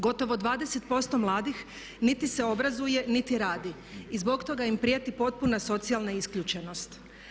Gotovo 20% mladih niti se obrazuje niti radi i zbog toga im prijeti potpuna socijalna isključenost.